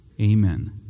Amen